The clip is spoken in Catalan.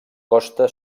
costa